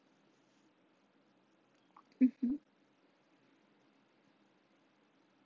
mmhmm